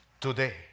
Today